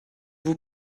vous